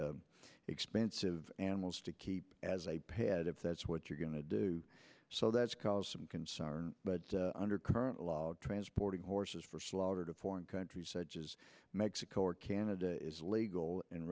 expensive animals to keep as a head if that's what you're going to do so that's caused some concern but under current law transporting horses for slaughter to foreign countries such as mexico or canada is